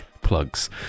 plugs